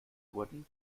wurden